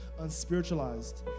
unspiritualized